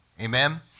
Amen